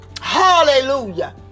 Hallelujah